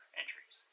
entries